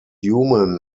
human